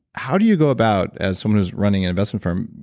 how do you go about, as someone who's running an investment firm,